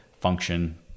function